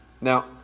now